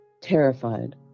Terrified